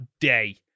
day